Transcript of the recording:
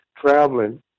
traveling